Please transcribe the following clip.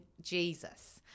Jesus